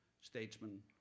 statesman